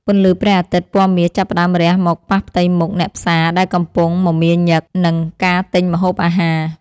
ពន្លឺព្រះអាទិត្យពណ៌មាសចាប់ផ្ដើមរះមកប៉ះផ្ទៃមុខអ្នកផ្សារដែលកំពុងមមាញឹកនឹងការទិញម្ហូបអាហារ។